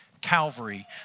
Calvary